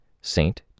Saint